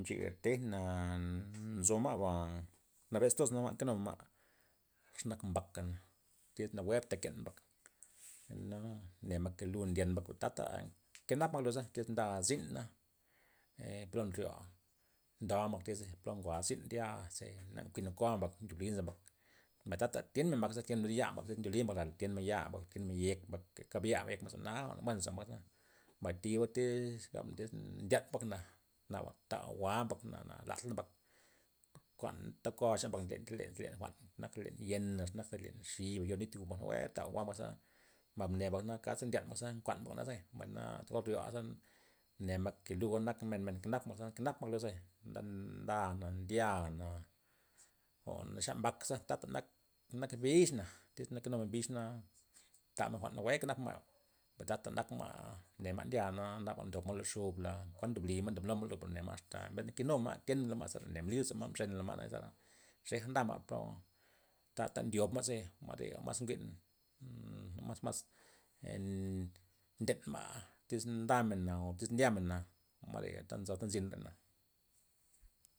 Nche ya tejna' nzo ma'ba nabez toz nak nkenumen ma', xe nak mbaka, iz nawue tokenla mbak ne mbak ke lu ndyen mbak ta'ta kenap ma' luza tiz nda zyna plo nryo'a nda ma'za plo jwa' zyn ndya ze njwi'n ko'a mbak ndobli nza mbak mbay tata tyenmen mbak za ze tyenla lud ya' mbak ze ndyoli mbak tyenmen ya mbak tyenmen yek mbak kabyamen yek ba' jwa'na buen lozo mbak, mbay thiba iz gabmen iz ndian mbakna naba ta jwa'n jwa'ma mbak na- na ladla mbak kuan ta ko'a chan mbak le- le jwa'n nak jwa'n len yen xe nak len xiba yo niy gu mbak, nawue ta jwa'n ngu'a mbak ze ne' mbak kad ze ndyan mbak ze kuan mbak jwa'naze mbay na or nryo'a ne mbak ke luga nak men- men nkenap ma' mbay nke nap ma' luza bay, na- nda'na ndya'na o naxa mbakza ta'ta nak nak bix'na, tiz na nkenumen bix na tamen jwa'n nawue kenap men ma' ta'ta nak ma' nea ma' ndya'na naba ndob ma' lo xubla' kuan ndo blimen ne ma' ndob numa' lu per ne ma'ndob nu ma' lu, mben kig nu menma' tyen men ze loma' mbli lozo ma' xej nda ma' po ta'ta ndyob ma' ze nega njwi'n mas- mas nnden ma' tiz ndamen o tiz ndyamena may ley ta nzi ta' ma'ba.